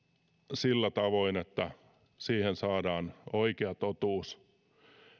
sillä tavoin että siihen saadaan oikea totuus